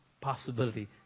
possibility